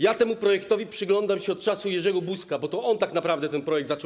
Ja temu projektowi przyglądam się od czasu Jerzego Buzka, bo to on tak naprawdę ten projekt zaczął.